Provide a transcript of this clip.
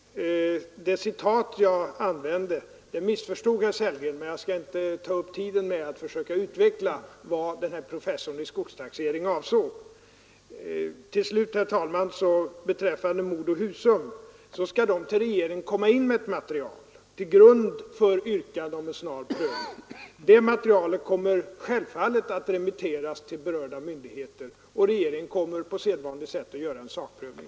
Det citat jag använde missförstod herr Sellgren, men jag skall inte ta upp tid med att försöka utveckla vad professorn i skogstaxering avsåg. Till slut, herr talman, skall Modocell i Husum till regeringen kom ma in med material till grund för yrkandet om en snar prövning. Det materialet kommer självfallet att remitteras till berörda myndigheter, och regeringen kommer på sedvanligt sätt att göra en sakprövning.